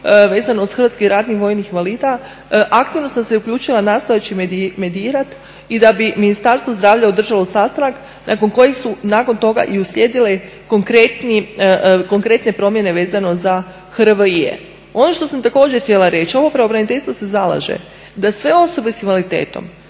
započeli prosvjedi, vezano uz HRVI, aktivno sam se uključila nastojeći medirat i da bi Ministarstvo zdravlja održalo sastanak nakon kojeg su nakon toga i uslijedile konkretne promjene vezano za HRVI-e. Ono što sam također htjela reći, ovo pravobraniteljstvo se zalaže da sve osobe s invaliditetom